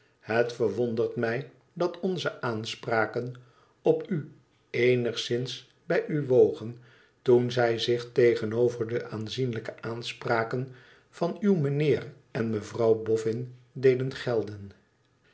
het verwondert mij dat onze aanspraken op u eenigszins bij u wogen toen zij zich tegenover de aanzienlijke aanspraken van uw meneer en mevrouw bofïin deden gelden